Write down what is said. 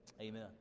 Amen